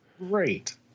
Great